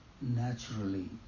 naturally